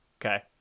Okay